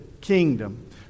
kingdom